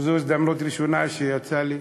וזו הזדמנות ראשונה שהייתה לי,